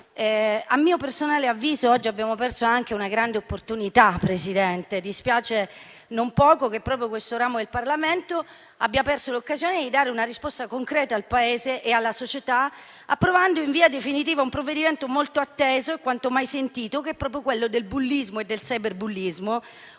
a mio personale avviso oggi abbiamo perso anche una grande opportunità, Presidente, e dispiace non poco che proprio questo ramo del Parlamento abbia perso l'occasione di dare una risposta concreta al Paese e alla società, approvando in via definitiva un provvedimento molto atteso e quanto mai sentito, che è proprio quello contro il bullismo e il cyberbullismo; un provvedimento